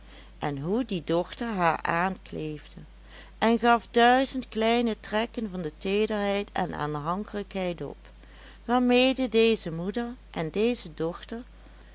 en hoe die dochter haar aankleefde en gaf duizend kleine trekken van de teederheid en aanhankelijkheid op waarmede deze moeder en deze dochter